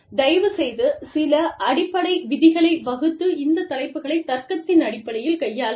தயவுசெய்து சில அடிப்படை விதிகளை வகுத்து இந்த தலைப்புகளைத் தர்க்கத்தின் அடிப்படையில் கையாளுங்கள்